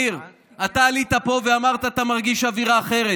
ניר, אתה עלית לפה ואמרת שאתה מרגיש אווירה אחרת.